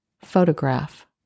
photograph